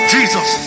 Jesus